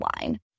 line